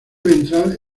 ventral